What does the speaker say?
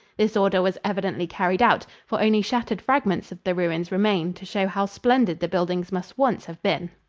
this order was evidently carried out, for only shattered fragments of the ruins remain to show how splendid the buildings must once have been.